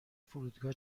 فرودگاه